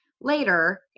later